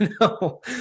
no